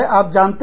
आप जानते हैं